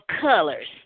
colors